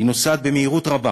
היא נוסעת במהירות רבה